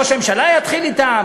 ראש הממשלה יתחיל אתם?